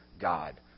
God